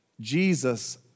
Jesus